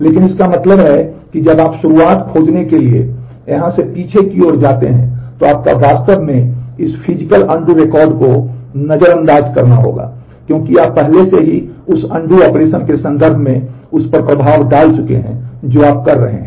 लेकिन इसका मतलब है कि जब आप शुरुआत खोजने के लिए यहां से पीछे की ओर जाते हैं तो आपको वास्तव में इस फिजिकल अनडू ऑपरेशन के संदर्भ में उस पर प्रभाव डाल चुके हैं जो आप कर रहे हैं